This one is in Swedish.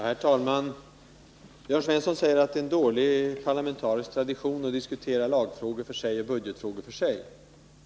Herr talman! Jörn Svensson säger att det är en dålig parlamentarisk tradition att diskutera lagfrågor för sig och budgetfrågor för sig.